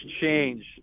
change